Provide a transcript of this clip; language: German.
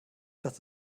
das